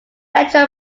metro